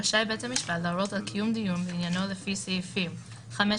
רשאי בית המשפט להורות על קיום דיון בעניינו לפי סעיפים 15,